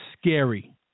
scary